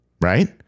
Right